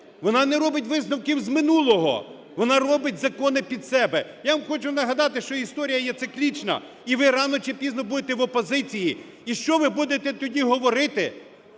Вона не робить висновків з минулого. Вона робить закони під себе. Я вам хочу нагадати, що історія є циклічна, і ви рано чи пізно будете в опозиції. І що ви будете тоді говорити